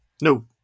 No